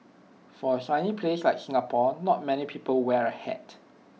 for A sunny place like Singapore not many people wear A hat